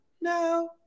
no